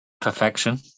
Perfection